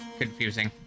confusing